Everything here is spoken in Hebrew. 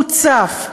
מוצף,